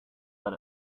but